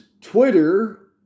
Twitter